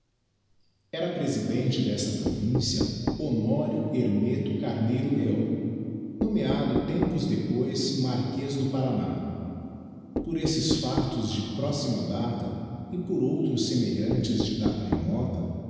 era presidente dessa província honório hermeto carneiro leão nomeado tempos depois marquez do paraná por esses factos de próxima data e por outros semelhantes de data remota